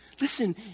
Listen